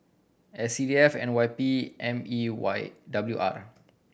S C D F N Y P M E W R